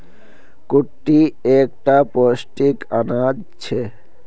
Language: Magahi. कुट्टू एक टा पौष्टिक अनाज छे